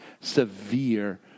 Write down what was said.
severe